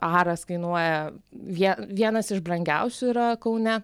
aras kainuoja vie vienas iš brangiausių yra kaune